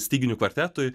styginių kvartetui